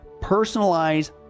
personalized